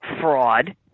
fraud